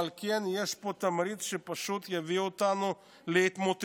"ועל כן יש פה תמריץ שפשוט יביא אותנו להתמוטטות,